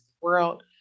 world